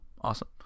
awesome